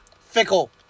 Fickle